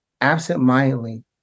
absentmindedly